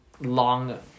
long